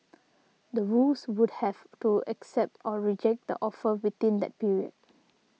the Woos would have to accept or reject the offer within that period